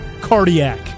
Cardiac